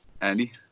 Andy